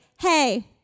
hey